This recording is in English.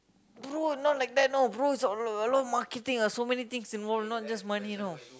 pro not like that know pro is a a lot of marketing so many things involved not just money you know